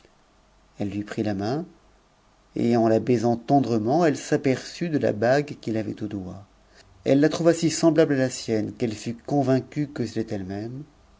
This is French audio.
elle lui prit la main et en la baisant tendrement elle s'aperçut je la bague qu'il avait au doigt elle la trouva si semblable à la sienne qu'elle fat convaincue que c'était elle-même